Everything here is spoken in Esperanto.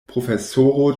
profesoro